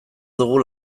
dugu